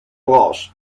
bros